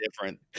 different